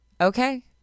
okay